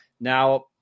now